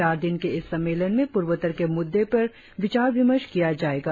चार दिन के इस सम्मेलन में पूर्वोत्तर के मुद्दे पर विचार विमर्श किया जाएगा